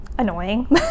annoying